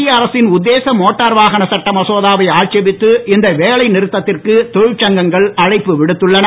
மத்திய அரசின் உத்தேச மோட்டார் வாகன சட்ட மசோதாவை ஆட்சேபித்து இந்த வேலை நிறுத்தத்திற்கு தொழிற்சங்கங்கள் அழைப்பு விடுத்துள்ளன